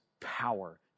power